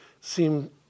seem